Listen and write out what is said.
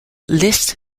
lists